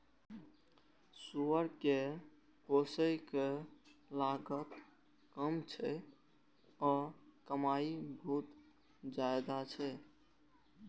सुअर कें पोसय के लागत कम छै आ कमाइ बहुत ज्यादा छै